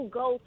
go